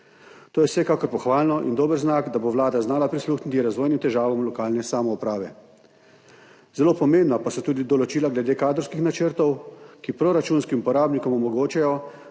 To je vsekakor pohvalno in dober znak, da bo Vlada znala prisluhniti razvojnim težavam lokalne samouprave. Zelo pomembna pa so tudi določila glede kadrovskih načrtov, ki proračunskim uporabnikom omogočajo,